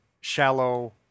shallow